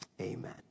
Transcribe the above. Amen